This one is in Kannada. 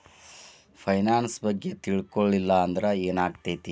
ಫೈನಾನ್ಸ್ ಬಗ್ಗೆ ತಿಳ್ಕೊಳಿಲ್ಲಂದ್ರ ಏನಾಗ್ತೆತಿ?